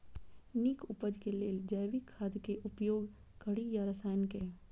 नीक उपज केँ लेल जैविक खाद केँ उपयोग कड़ी या रासायनिक केँ?